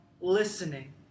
listening